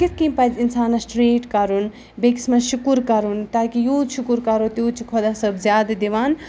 کِتھ کٔنۍ پَزِ اِنسانَس ٹرٛیٖٹ کَرُن بیٚکِس منٛز شُکُر کَرُن تاکہِ یوٗت شُکُر کَرُن تیوٗت چھِ خۄدا صٲب زیادٕ دِوان